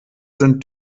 sind